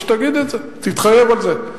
תגיד את זה, תתחייב על זה.